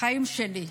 החיים שלי.